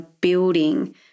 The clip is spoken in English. building